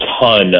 ton